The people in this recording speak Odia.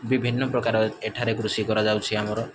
ବିଭିନ୍ନ ପ୍ରକାର ଏଠାରେ କୃଷି କରାଯାଉଛି ଆମର